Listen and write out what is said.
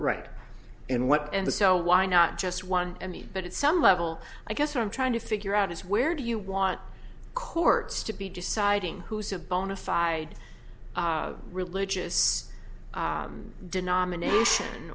right in what and so why not just one but at some level i guess what i'm trying to figure out is where do you want courts to be deciding who is a bona fide religious denomination